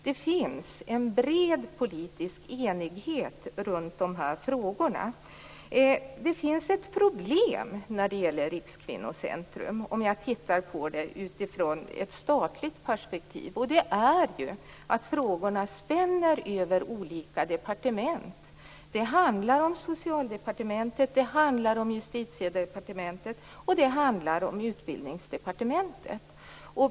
Det finns en bred politisk enighet runt dem. Det finns ett problem när det gäller Rikskvinnocentrum som jag ser om jag tittar närmare på det utifrån ett statligt perspektiv. Det är att frågorna spänner över olika departement. Det handlar om Socialdepartementet, det handlar om Justitiedepartementet och det handlar om Utbildningsdepartementet.